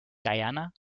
guyana